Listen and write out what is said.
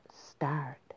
start